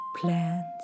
plans